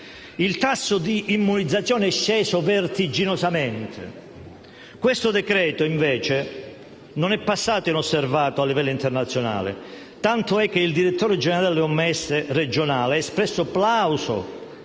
Il tasso di immunizzazione è sceso vertiginosamente. Questo decreto, invece, non è passato inosservato a livello internazionale, tant'è vero che il direttore generale dell'OMS regionale ha espresso plauso